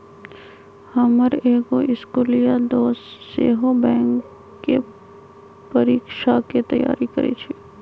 हमर एगो इस्कुलिया दोस सेहो बैंकेँ परीकछाके तैयारी करइ छइ